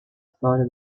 storia